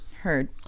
Heard